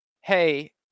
hey